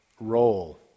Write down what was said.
role